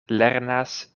lernas